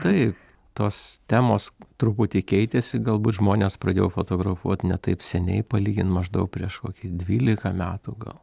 taip tos temos truputį keitėsi galbūt žmonės pradėjo fotografuot ne taip seniai palygint maždaug prieš kokį dvylika metų gal